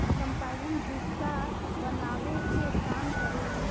combine भूसा बानावे के काम करेला